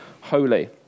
holy